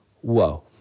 Whoa